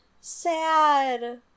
Sad